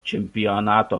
čempionato